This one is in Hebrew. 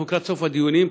אנחנו לקראת סוף הדיונים.